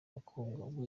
bakobwa